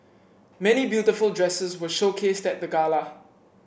many beautiful dresses were showcased at the gala